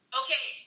okay